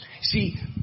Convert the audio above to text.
See